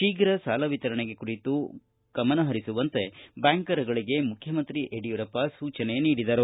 ಶೀಘ ಸಾಲ ವಿತರಣೆ ಕುರಿತು ಗಮನಹರಿಸುವಂತೆ ಬ್ಯಾಂಕರುಗಳಿಗೆ ಮುಖ್ಯಮಂತ್ರಿ ಯಡಿಯೂರಪ್ಪ ಸೂಚನೆ ನೀಡಿದರು